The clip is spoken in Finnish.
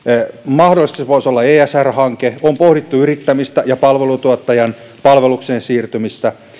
mahdollisesti se voisi olla esr hanke on pohdittu yrittämistä ja palveluntuottajan palvelukseen siirtymistä